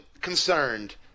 concerned